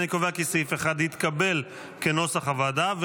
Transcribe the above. אני קובע כי סעיף 1, כנוסח הוועדה, התקבל.